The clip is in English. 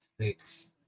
six